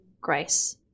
grace